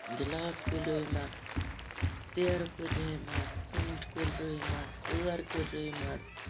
glass کُلۍ رُوۍمَس ژیرٕ کُلۍ رُوۍمَس ژوٗنٛٹھۍ کُلۍ رُوۍمَس ٲر کُلۍ رُوۍمَس